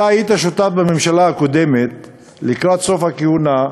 אתה היית שותף בממשלה הקודמת לקראת סוף הכהונה,